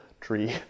tree